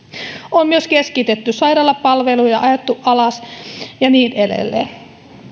on myös keskitetty sairaalapalveluja ajettu alas ja niin edelleen